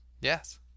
Yes